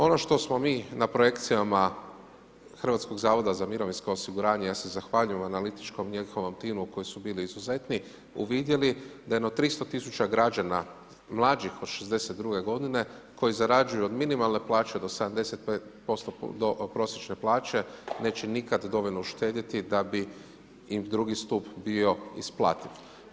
Ono što smo mi na projekcijama Hrvatskog zavoda za mirovinsko osiguranje, ja se zahvaljujem analitičkom njihovom timu koji su bili izuzetni, uvidjeli da jedno 300 000 građana mlađih od 62.godine koji zarađuju od minimalne plaće do 75% do prosječne plaće neće nikada dovoljno uštedjeti da bi im drugi stup bio isplativ.